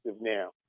now